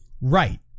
Right